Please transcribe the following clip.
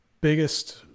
biggest